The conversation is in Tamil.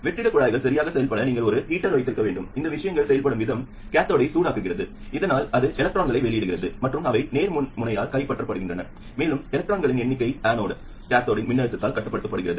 வெற்றிடக் குழாய்கள் சரியாகச் செயல்பட நீங்கள் ஒரு ஹீட்டர் வைத்திருக்க வேண்டும் இந்த விஷயங்கள் செயல்படும் விதம் கேத்தோடைச் சூடாக்குகிறது இதனால் அது எலக்ட்ரான்களை வெளியிடுகிறது மற்றும் அவை நேர்மின்முனையால் கைப்பற்றப்படுகின்றன மேலும் எலக்ட்ரான்களின் எண்ணிக்கை அனோட் கட்டத்தின் மின்னழுத்தத்தால் கட்டுப்படுத்தப்படுகிறது